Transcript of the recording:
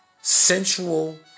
sensual